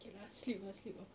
okay lah sleep lah sleep lah